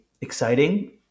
exciting